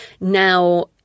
now